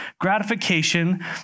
gratification